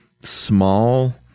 small